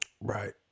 Right